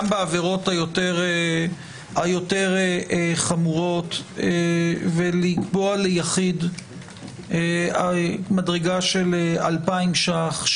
בעבירות היותר חמורות ולקבוע ליחיד מדרגה של 2,000 שקלים,